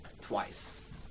twice